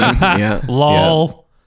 Lol